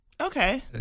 Okay